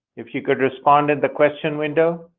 if you could respond in the question window.